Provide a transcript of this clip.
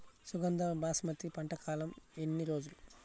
సుగంధ బాస్మతి పంట కాలం ఎన్ని రోజులు?